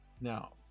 Now